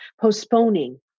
postponing